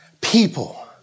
People